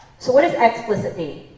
so what does explicit mean?